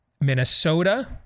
Minnesota